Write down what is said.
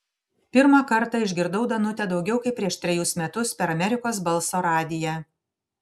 pirmą kartą išgirdau danutę daugiau kaip prieš trejus metus per amerikos balso radiją